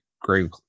great